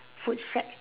food shack